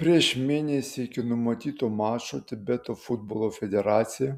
prieš mėnesį iki numatyto mačo tibeto futbolo federacija